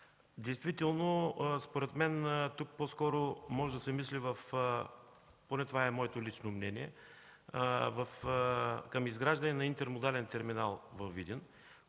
Действително според мен тук може по-скоро да се мисли – поне това е моето лично мнение, за изграждане на интермодален терминал във Видин,